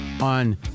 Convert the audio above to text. on